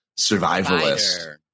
survivalist